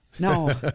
No